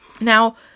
now